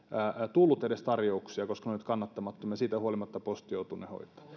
tullut edes tarjouksia koska ne olivat kannattamattomia siitä huolimatta posti joutuu ne